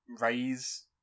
raise